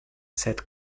said